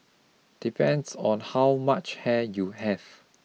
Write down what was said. depends on how much hair you have